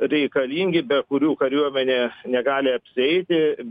reikalingi be kurių kariuomenė negali apsieiti